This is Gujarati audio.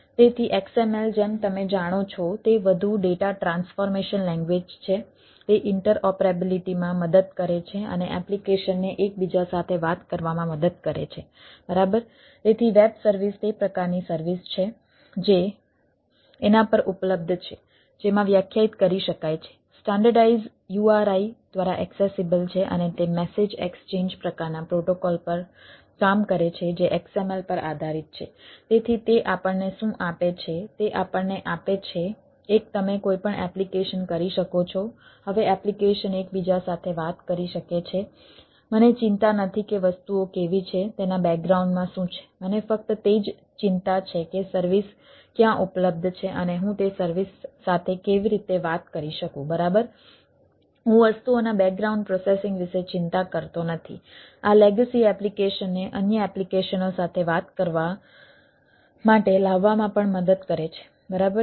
તેથી XML જેમ તમે જાણો છો તે વધુ ડેટા ટ્રાન્સફોર્મેશન લેંગ્વેજ એપ્લિકેશનને અન્ય એપ્લિકેશનો સાથે વાત કરવા માટે લાવવામાં પણ મદદ કરે છે બરાબર